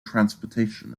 transportation